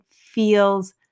feels